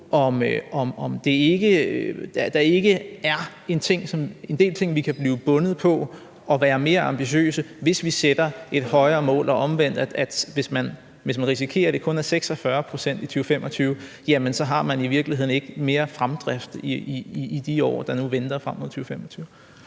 om der ikke er en del ting, som vi kan blive bundet på og være mere ambitiøse med, hvis vi sætter et højere mål. Og at man omvendt, hvis det kun er 46 pct. i 2025, så i virkeligheden risikerer, at man ikke har mere fremdrift i de år, der nu venter frem mod 2025.